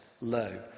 low